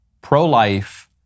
pro-life